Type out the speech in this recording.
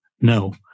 no